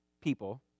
people